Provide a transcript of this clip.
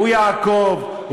יעקוב,